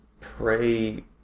pray